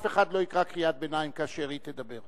אף אחד לא יקרא קריאת ביניים כאשר היא תדבר.